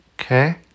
Okay